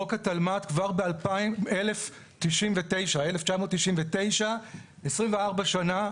חוק התלמ"ת, כבר ב-1999, 24 שנה,